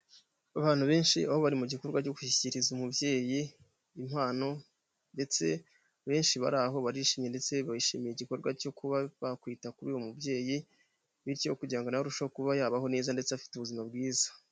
Abantu benshi aho bari mu gikorwa cyo gushyikiriza umubyeyi impano ndetse benshi bari aho barishimye ndetse bishimiye igikorwa cyo kuba bakwita kuri uyu mubyeyi bityo kugira ngo na we arushe kuba yabaho neza ndetse afite ubuzima bwiza.